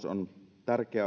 on